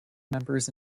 members